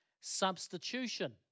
substitution